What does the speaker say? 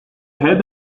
head